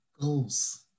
goals